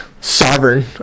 sovereign